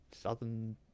southern